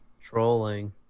Trolling